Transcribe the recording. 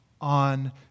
on